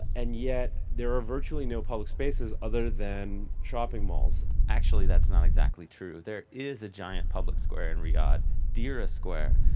and yet there are virtually no public spaces other than shopping malls actually that's not exactly true. there is a giant public square in riyadh deera square.